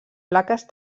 plaques